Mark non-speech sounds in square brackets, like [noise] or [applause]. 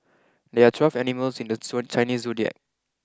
there are twelve animals in the [unintelligible] Chinese Zodiac